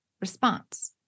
response